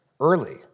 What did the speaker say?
Early